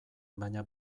baina